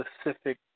specific